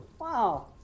Wow